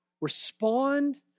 respond